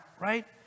right